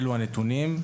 אלה הנתונים.